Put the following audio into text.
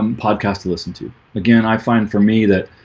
um podcast to listen to again. i find for me that